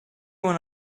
when